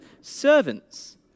servants